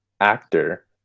actor